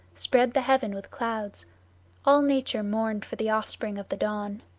spread the heaven with clouds all nature mourned for the offspring of the dawn.